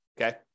Okay